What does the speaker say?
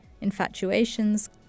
infatuations